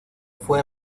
fue